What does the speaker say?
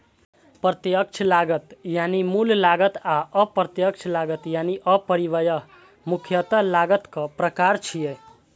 प्रत्यक्ष लागत यानी मूल लागत आ अप्रत्यक्ष लागत यानी उपरिव्यय मुख्यतः लागतक प्रकार छियै